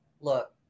look